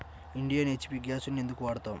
Indian, HP గ్యాస్లనే ఎందుకు వాడతాము?